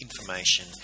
information